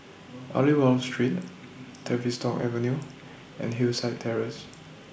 Aliwal Street Tavistock Avenue and Hillside Terrace